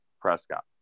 Prescott